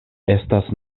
estas